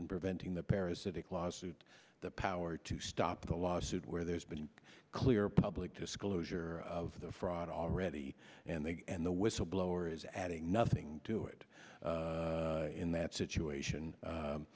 in preventing the parasitic lawsuit the power to stop the lawsuit where there's been clear public disclosure of the fraud already and they and the whistleblower is adding nothing to it in that situation